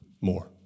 more